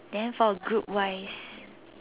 then for a group wise